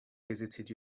visited